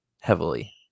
heavily